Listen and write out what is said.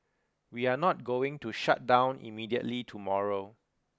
we are not going to shut down immediately tomorrow